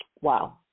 Wow